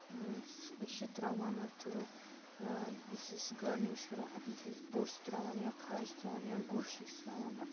أسۍ چھِ ترٛاوان اَتھ یُس أسۍ گاڈنِگ چھِ أسۍ کران اَتھ منٛز چھِ أسۍ بوٚس ترٛاوان یا کھاد چھِ ترٛاوان یا گُہہ چھِ ترٛاوان اَتھ